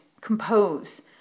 compose